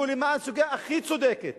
שהוא למען סוגיה הכי צודקת,